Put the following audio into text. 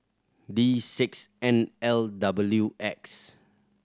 D six N L W X